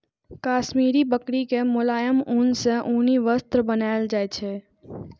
काश्मीरी बकरी के मोलायम ऊन सं उनी वस्त्र बनाएल जाइ छै